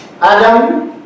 Adam